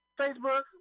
Facebook